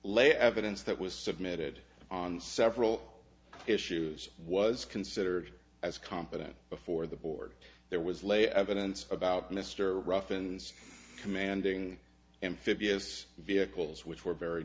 les evidence that was submitted on several issues was considered as competent before the board there was lay evidence about mr ruffin's commanding amphibious vehicles which were very